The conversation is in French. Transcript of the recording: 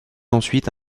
ensuite